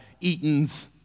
Eaton's